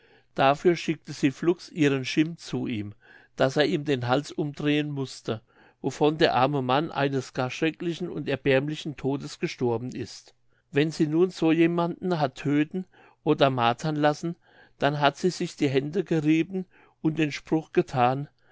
dafür schickte sie flugs ihren chim zu ihm daß er ihm den hals umdrehen mußte wovon der arme mann eines gar schrecklichen und erbärmlichen todes gestorben ist wenn sie nun so jemanden hat tödten oder martern lassen dann hat sie sich die hände gerieben und den spruch gethan